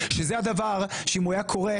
שזה הדבר שאם הוא היה קורה,